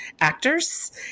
actors